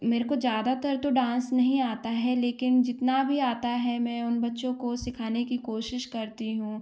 मेरे को ज्यादातर तो डांस नहीं आता है लेकिन जितना भी आता है मैं उन बच्चों को सीखाने की कोशिश करती हूँ